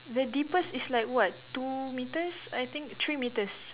the deepest is like what two metres I think three metres